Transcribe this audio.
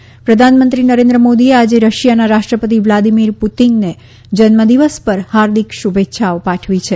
Modi Putin પ્રધાનમંત્રી નરેન્દ્ર મોદીએ આજે રશિયાના રાષ્ટ્રપતિ વ્લાદિમીર પુટિનને જન્મદિવસ પર હાર્દિક શુભેચ્છાઓ પાઠવી છે